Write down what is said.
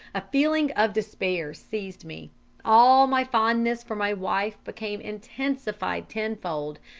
a feeling of despair seized me all my fondness for my wife became intensified tenfold,